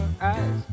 eyes